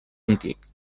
antic